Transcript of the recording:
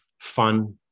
Fun